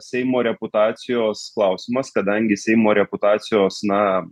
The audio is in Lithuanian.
seimo reputacijos klausimas kadangi seimo reputacijos na